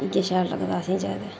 इ'यै शैल लगदा असें ज्यादा